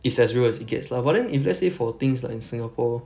it's as real as it gets lah but then if let's say for things like in singapore